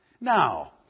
Now